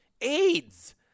AIDS